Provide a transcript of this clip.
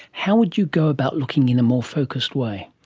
how would you go about looking in a more focused way?